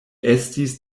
estis